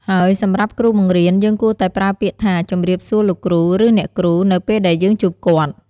ហើយសម្រាប់គ្រួបង្រៀនយើងគួរតែប្រើពាក្យថា ជម្រាបសួរលោកគ្រូឬអ្នកគ្រូ នៅពេលដែលយើងជួបគាត់។